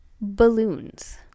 balloons